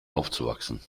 aufzuwachsen